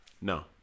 No